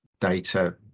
data